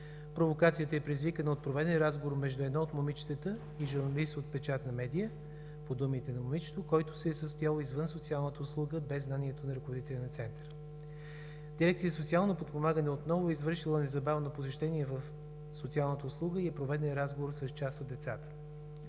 Провокацията е предизвикана от проведен разговор между едно от момичетата и журналист от печатна медия, по думите на момичето, който се е състоял извън социалната услуга, без знанието на ръководителя на Центъра. Дирекция „Социално подпомагане“ отново е извършила незабавно посещение в социалната услуга и е проведен разговор с част от децата.